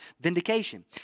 vindication